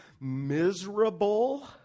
miserable